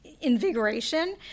invigoration